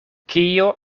kio